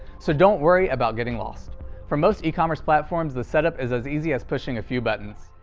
so don't worry about getting lost for most ecommerce platforms the setup is as easy as pushing a few buttons.